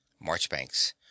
Marchbanks